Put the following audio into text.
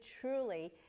truly